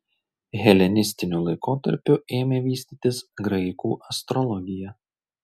helenistiniu laikotarpiu ėmė vystytis graikų astrologija